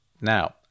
Now